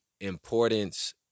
importance